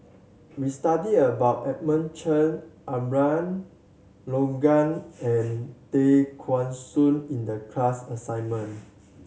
we studied about Edmund Cheng Abraham Logan and Tay Kheng Soon in the class assignment